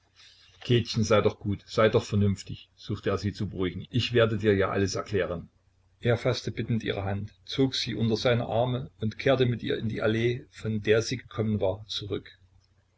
käthchen sei doch gut sei doch vernünftig suchte er sie zu beruhigen ich werde dir ja alles erklären er faßte bittend ihre hand zog sie unter seine arme und kehrte mit ihr in die allee von der sie gekommen war zurück